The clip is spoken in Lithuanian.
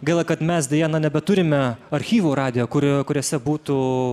gaila kad mes deja nebeturime archyvų radijo kur kuriuose būtų